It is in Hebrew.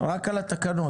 רק על התקנות,